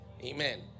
Amen